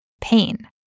pain